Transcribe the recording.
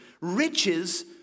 Riches